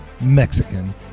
Mexican